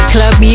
Club